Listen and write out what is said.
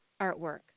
artwork